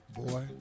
Boy